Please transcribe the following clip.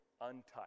untouched